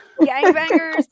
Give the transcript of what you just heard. gangbangers